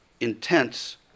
intense